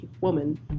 woman